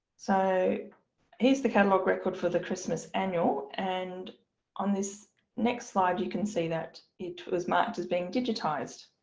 so here's the catalogue record for the christmas annual and on this next slide you can see that it was marked as being digitized.